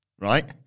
Right